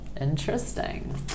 interesting